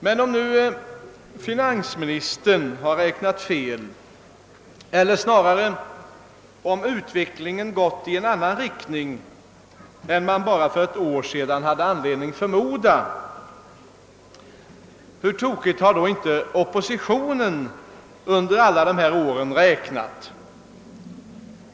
Men om nu finansministern har räknat fel eller snarare om utvecklingen gått i en annan riktning än man bara för något år sedan hade anledning att förmoda, hur tokigt har då inte oppositionen under alla dessa år räknat.